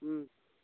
ওম